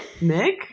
Nick